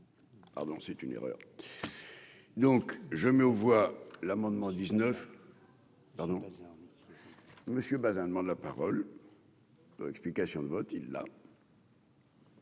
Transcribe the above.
Pardon, c'est une erreur, donc je mets aux voix l'amendement 19. Pardon monsieur Bazin demande la parole, explications de vote il là.